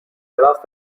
راست